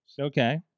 Okay